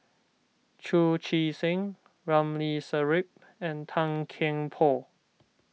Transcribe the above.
Chu Chee Seng Ramli Sarip and Tan Kian Por